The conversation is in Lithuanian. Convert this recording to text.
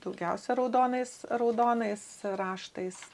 daugiausia raudonais raudonais raštais